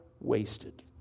wasted